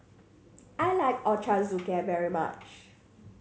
I like Ochazuke very much